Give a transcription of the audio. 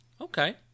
Okay